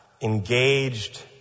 engaged